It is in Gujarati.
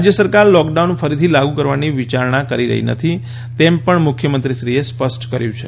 રાજ્ય સરકાર લોકડાઉન ફરીથી લાગુ કરવાની વિચારણા કરતી નથી તેમ પણ મુખ્યમંત્રીશ્રી એ સ્પષ્ટ કર્યું છે